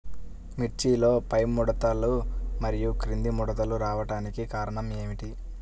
మిర్చిలో పైముడతలు మరియు క్రింది ముడతలు రావడానికి కారణం ఏమిటి?